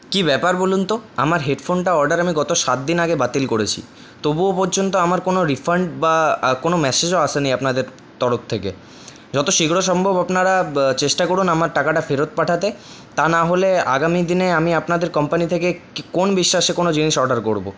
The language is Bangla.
কি ব্যাপার বলুন তো আমার হেডফোনটা অর্ডার আমি গত সাতদিন আগে বাতিল করেছি তবুও পর্যন্ত আমার কোন রিফান্ড বা কোন ম্যাসেজও আসে নিই আপনাদের তরফ থেকে যত শীঘ্র সম্ভব আপনারা চেষ্টা করুন আমার টাকাটা ফেরত পাঠাতে তা নাহলে আগামী দিনে আমি আপনাদের কোম্পানি থেকে ক কোন বিশ্বাসে কোন জিনিস অর্ডার করবো